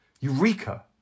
Eureka